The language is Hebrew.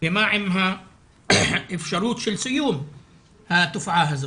ומה עם האפשרות של סיום התופעה הזאת.